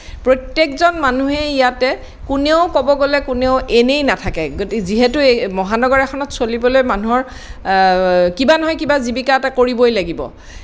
প্ৰত্যেকজন মানুহে ইয়াতে কোনেও ক'ব গ'লে কোনেও এনেই নাথাকে গতি যিহেতু এই মহানগৰ এখনত চলিবলৈ মানুহৰ কিবা নহয় কিবা জীৱিকা এটা কৰিবই লাগিব